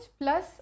plus